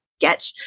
get